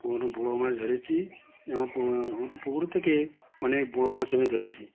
পুকুরে বড় মাছ ধরেছি আমাদের পুকুরের থেকে অনেক বড় মাছ আমি ধরেছি